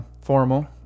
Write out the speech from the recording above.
formal